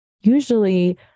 usually